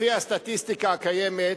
לפי הסטטיסטיקה הקיימת,